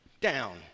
down